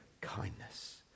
kindness